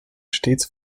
stets